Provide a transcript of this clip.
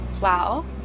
wow